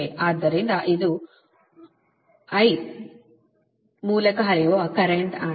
ಆದ್ದರಿಂದ ಇದು ಈ I I ಮೂಲಕ ಹರಿಯುವ ಕರೆಂಟ್ ಆಗಿದೆ